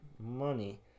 money